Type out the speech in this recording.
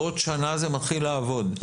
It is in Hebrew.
בעוד שנה זה מתחיל לעבוד.